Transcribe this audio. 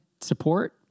support